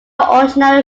ordinary